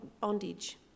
bondage